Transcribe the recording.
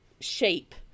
shape